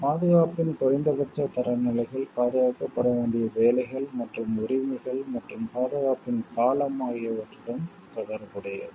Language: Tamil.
பாதுகாப்பின் குறைந்தபட்ச தரநிலைகள் பாதுகாக்கப்பட வேண்டிய வேலைகள் மற்றும் உரிமைகள் மற்றும் பாதுகாப்பின் காலம் ஆகியவற்றுடன் தொடர்புடையது